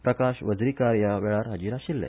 प्रकाश वझरीकार ह्या वेळार हाजिर आशिल्ले